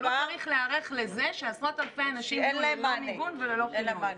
אבל הוא צריך להיערך לזה שעשרות אלפי אנשים יהיו ללא מיגון וללא פינוי.